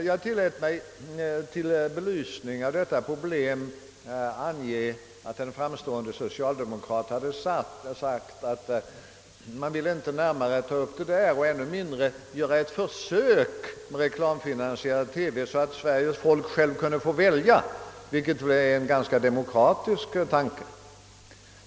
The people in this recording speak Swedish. Jag tillät mig till belysning av detta problem ange att en framstående socialdemokrat hade sagt att man inte närmare ville ta upp detta spörsmål och ännu mindre göra ett försök med reklamfinansierad TV så att Sveriges folk självt kunde få välja, vilket är en ganska demokratisk tanke.